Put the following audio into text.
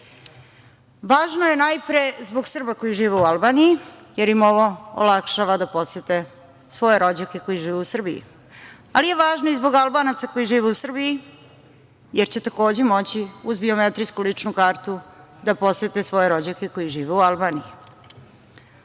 karta. Važno je, najpre, zbog Srba koji žive u Albaniji, jer im ovo olakšava da posete svoje rođake koji žive u Srbiji, ali je važno i zbog Albanaca koji žive u Srbiji, jer će takođe moći uz biometrijsku ličnu kartu da posete svoje rođake koji žive u Albaniji. Šta